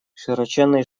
широченные